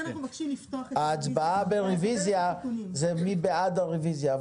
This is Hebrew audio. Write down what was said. ההצבעה בריוויזיה היא מי בעד הריוויזיה.